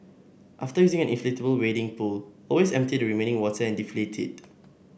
after using an inflatable wading pool always empty the remaining water and deflate it